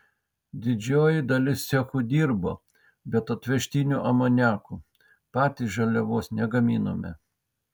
didžioji dalis cechų dirbo bet atvežtiniu amoniaku patys žaliavos negaminome